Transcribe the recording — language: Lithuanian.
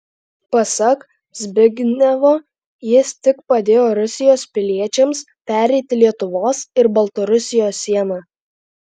pasak zbignevo jis tik padėjo rusijos piliečiams pereiti lietuvos ir baltarusijos sieną